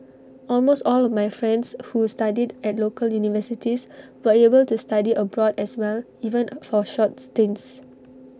almost all my friends who studied at local universities were able to study abroad as well even for short stints